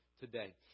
today